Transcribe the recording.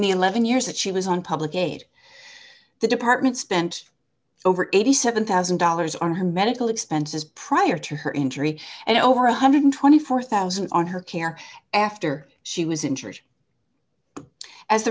the eleven years that she was on public aid the department spent over eighty seven one thousand dollars on her medical expenses prior to her injury and over one hundred and twenty four thousand dollars on her care after she was injured as